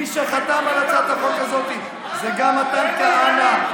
מי שחתם על הצעה כזאת זה גם מתן כהנא,